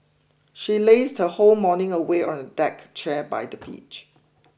she lazed her whole morning away on a deck chair by the beach